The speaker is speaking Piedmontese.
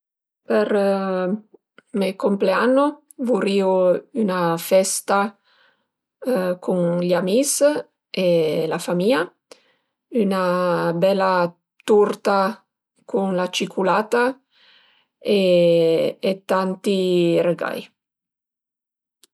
Për me compleanno vurìu ün-a festa cun gl'amis e la famìa, ün-a bela turta cun la ciculata e tanti regai